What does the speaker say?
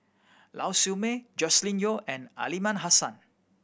Lau Siew Mei Joscelin Yeo and Aliman Hassan